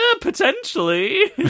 potentially